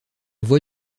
voix